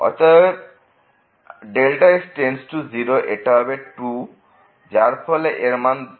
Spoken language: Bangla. অতএব x→0 এটা হবে 2 যার ফলে এর মান গিয়ে দাঁড়াবে 1